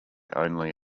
only